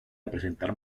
representar